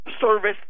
service